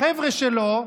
לחבר'ה שלו,